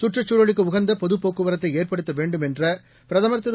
கற்றுக்குழலுக்கு உகந்த பொதுப் போக்குவரத்தை ஏற்படுத்த வேண்டும் என்ற பிரதமர் திரு